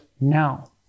now